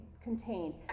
Contained